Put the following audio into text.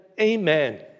Amen